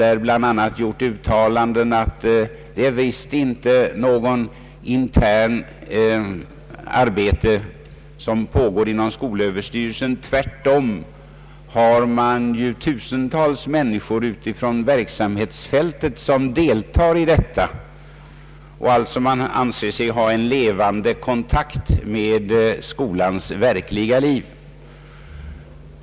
Han har därvid gjort uttalanden om att det visst inte pågår något internt arbete inom skolöverstyrelsen utan att tvärtom tusentals människor ute på verksamhetsfältet deltar i detta arbete och att man därför har en levande kontakt med skolans verkliga liv.